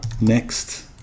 next